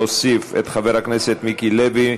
להוסיף את חבר הכנסת מיקי לוי,